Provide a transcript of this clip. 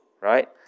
right